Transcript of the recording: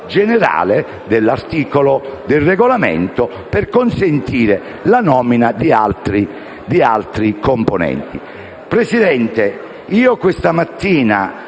Presidente, questa mattina,